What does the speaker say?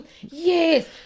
Yes